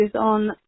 on